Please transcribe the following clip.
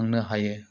थांनो हायो